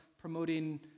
promoting